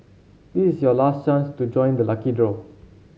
this is your last chance to join the lucky draw